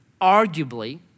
arguably